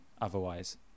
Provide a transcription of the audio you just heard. otherwise